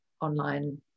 online